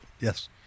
Yes